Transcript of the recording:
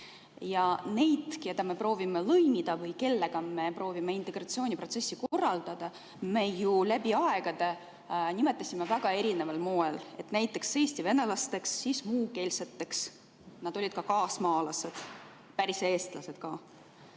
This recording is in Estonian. Neid, keda me proovime lõimida või kellega me proovime integratsiooniprotsessi korraldada, me ju läbi aegade oleme nimetanud väga erineval moel, näiteks Eesti venelasteks, siis muukeelseteks, nad olid ka kaasmaalased, päris eestlased ka,